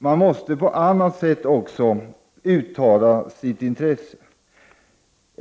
Man måste också på annat sätt uttala sitt intresse.